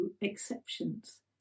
exceptions